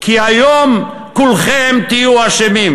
כי היום כולכם תהיו אשמים.